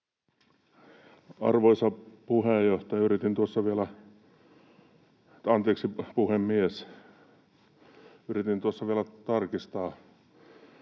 Arvoisa puhemies! Yritin tuossa vielä tarkistaa